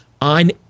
on